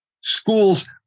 schools